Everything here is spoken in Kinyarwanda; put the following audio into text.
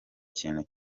kintu